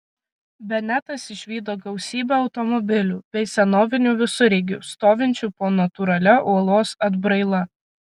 benetas išvydo gausybę automobilių bei senovinių visureigių stovinčių po natūralia uolos atbraila